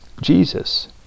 Jesus